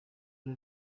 rwe